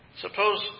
suppose